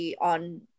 on